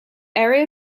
area